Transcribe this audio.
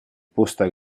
posta